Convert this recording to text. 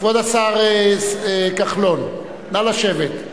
כבוד השר כחלון, נא לשבת.